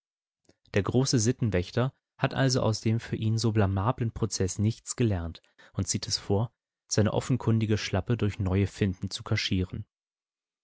der große sittenwächter hat also aus dem für ihn so blamablen prozeß nichts gelernt und zieht es vor seine offenkundige schlappe durch neue finten zu kaschieren